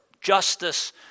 justice